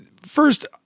first